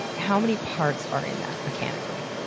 how many parts are in that, mechanically?